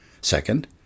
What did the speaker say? Second